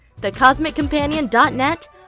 thecosmiccompanion.net